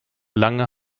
lange